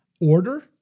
order